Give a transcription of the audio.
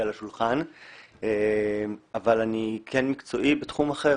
אבל אני כן מקצועי בתחום אחר,